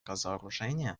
разоружения